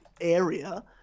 area